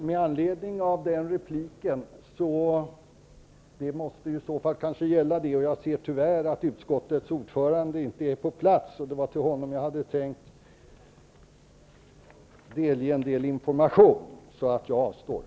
Fru talman! Den repliken måste i så fall gälla föregående anförande. Jag ser tyvärr att utskottets ordförande inte är på plats. Det var honom jag hade tänkt delge en del information. Jag avstår.